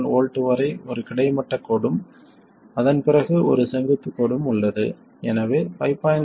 7 V வரை ஒரு கிடைமட்டக் கோடும் அதன் பிறகு ஒரு செங்குத்து கோடும் உள்ளது எனவே 5